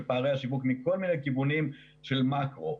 פערי השיווק מכל מיני כיוונים של מקרו.